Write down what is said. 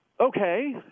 okay